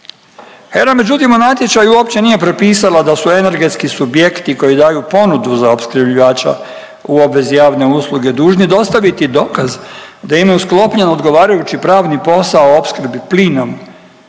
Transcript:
HERA međutim u natječaju uopće nije propisala da su energetski subjekti koji daju ponudu za opskrbljivača u obvezi javne usluge dužni dostaviti dokaz da imaju sklopljen odgovarajući pravni posao o opskrbi plinom